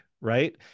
right